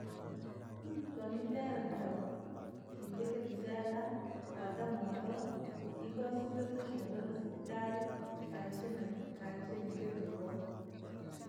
kooniitaire mpeo, nkivikiira isweta, nkoota mooto, kii koo sivyootosha nkadomana na sibitali, nii nkaakikisha nii- nikahakikisha nikiire vyaboowa.